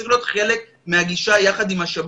וזה צריך להיות מהגישה יחד עם השב"כ,